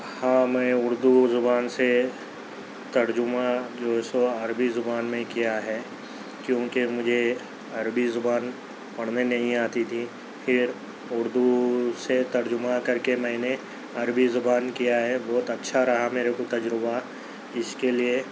ہاں میں اُردو زبان سے ترجمہ جو ہے سو عربی زبان میں کیا ہے کیونکہ مجھے عربی زبان پڑھنے نہیں آتی تھی پھر اُردو سے ترجمہ کر کے میں نے عربی زبان کیا ہے بہت اچھا رہا میرے کو تجربہ اِس کے لیے